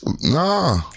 nah